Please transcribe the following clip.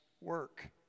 work